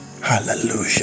Hallelujah